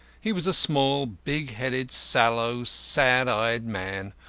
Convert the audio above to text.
he was a small, big-headed, sallow, sad-eyed man,